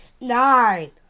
nine